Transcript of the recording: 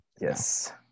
Yes